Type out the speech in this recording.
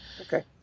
Okay